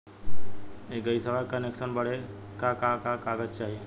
इ गइसवा के कनेक्सन बड़े का का कागज चाही?